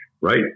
right